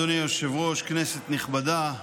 אדוני היושב-ראש, כנסת נכבדה,